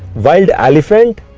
wild elephant.